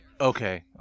Okay